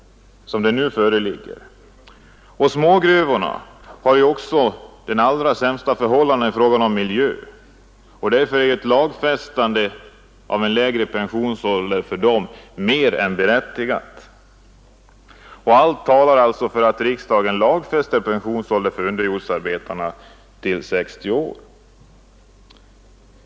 Smågruvorna har ju också de allra sämsta miljöförhållandena, och därför är ett lagfästande av en lägre pensionsålder för deras arbetare mer än befogat. Allt styrker alltså uppfattningen att riksdagen bör lagfästa pensionsåldern för underjordsarbetarna vid 60 år.